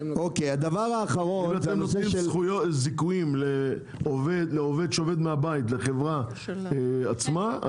אתם נותנים זיכויים לעובד שעובד מהבית לחברה עצמה?